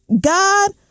god